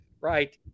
right